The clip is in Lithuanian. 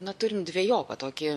na turim dvejopą tokį